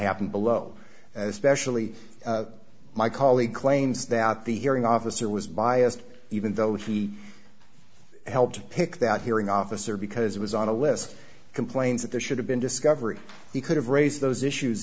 happened below as specially my colleague claims that the hearing officer was biased even though he helped pick that hearing officer because it was on a list complains that there should have been discovery he could have raised those issues